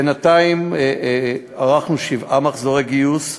בינתיים ערכנו שבעה מחזורי גיוס,